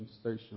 station